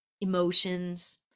emotions